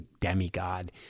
demigod